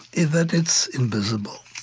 is that it's invisible,